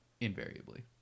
Invariably